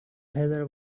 heather